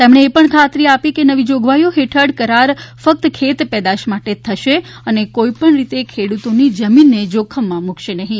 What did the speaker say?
તેમણે એ પણ ખાતરી આપી હતી કે નવી જોગવાઈઓ હેઠળ કરાર ફક્ત ખેત પેદાશ માટે જ થશે અને કોઈ પણ રીતે ખેડૂતોની જમીનને જોખમમાં મૂકશે નહીં